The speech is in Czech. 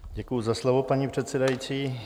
Děkuji za slovo, paní předsedající.